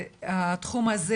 לצערנו הרב,